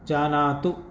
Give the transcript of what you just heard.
जानातु